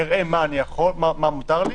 אראה מה מותר לי,